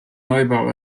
neubau